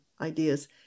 ideas